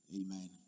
Amen